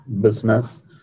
business